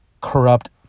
corrupt